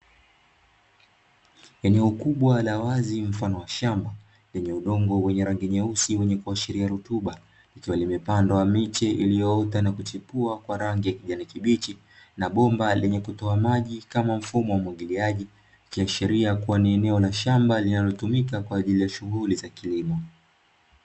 Eneo kubwa la wazi mfano wa shamba, lenye udongo wenye rangi nyeusi wenye kuashiria rutuba, likiwa limepandwa miche iliyoota na kuchipua kwa rangi ya kijani kibichi na bomba lenye kutoa maji kama mfumo wa umwagiliaji. Ikiashiria kuwa ni eneo la shamba linalotumika kwa ajili shughuli za kilimo.